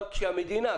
אבל כאשר המדינה,